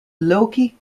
loki